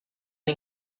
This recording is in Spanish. han